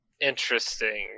Interesting